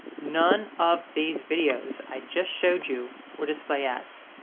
none of these videos i just showed you would display ads.